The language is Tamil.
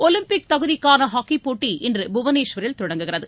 ஒலிம்பிக் தகுதிக்கான ஹாக்கி போட்டி இன்று புவனேஸ்வரில் தொடங்குகிறது